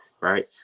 right